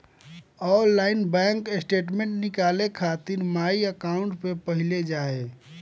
online bank statement निकाले खातिर my account पे पहिले जाए